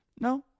No